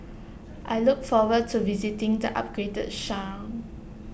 I look forward to visiting the upgraded Shrine